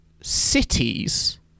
cities